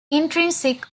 intrinsic